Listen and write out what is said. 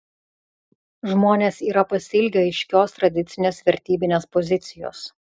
žmonės yra pasiilgę aiškios tradicinės vertybinės pozicijos